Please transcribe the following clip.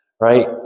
right